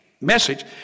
message